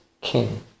king